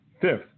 Fifth